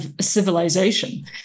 Civilization